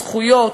זכויות,